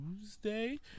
Tuesday